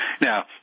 Now